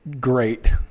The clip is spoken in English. great